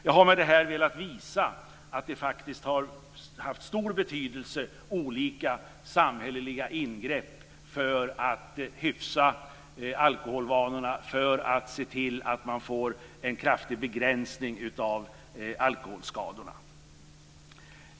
Jag har med det här velat visa att olika samhälleliga ingrepp har haft stor betydelse för att hyfsa alkoholvanorna och för att se till att man får en kraftig begränsning av alkoholskadorna.